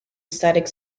static